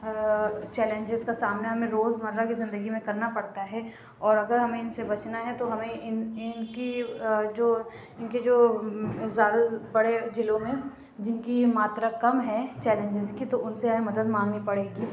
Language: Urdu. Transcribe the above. چیلنجیز کا سامنا ہمیں روز مرہ کی زندگی میں کرنا پڑتا ہے اور اگر ہمیں اِن سے بچنا ہے تو ہمیں اِن اِن کی جو اِن کی جو زیادہ بڑے جو لوگ ہیں جن کی ماترا کم ہے چیلنجیز کی تو اُن سے ہمیں مدد مانگنی پڑے گی